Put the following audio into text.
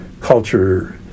culture